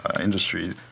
industry